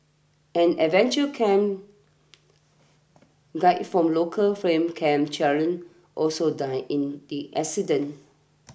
an adventure camp guide from local firm Camp Challenge also died in the accident